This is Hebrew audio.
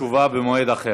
ותשובה במועד אחר.